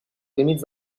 límits